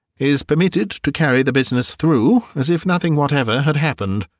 is permitted to carry the business through as if nothing whatever had happened.